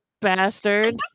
Bastard